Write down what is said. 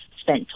spent